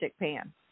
pan